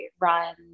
run